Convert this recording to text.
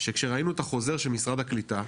שכשראינו את החוזר של משרד הקליטה,